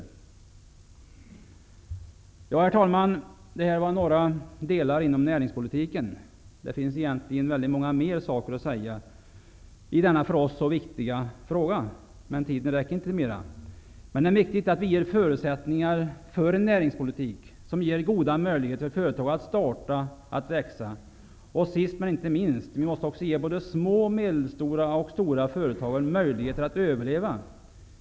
Herr talman! Detta var några delar inom näringspolitiken. Det finns egentligen mycket mer att säga i denna för oss så viktiga fråga, men tiden räcker inte till mer. Men det är viktigt att vi ger förutsättningar för en näringspolitik som ger goda möjligheter för företag att starta och växa. Sist men inte minst måste vi också ge små, medelstora och stora företag möjligheter att överleva.